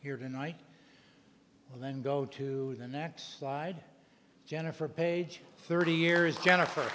here to night and then go to the next slide jennifer page thirty years jennifer